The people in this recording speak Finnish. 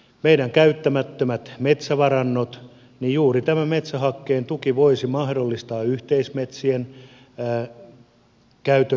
meidän käyttämättömien metsävarantojemme osalta juuri tämä metsähakkeen tuki voisi mahdollistaa yhteismetsien käytön lisäämistä